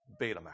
Betamax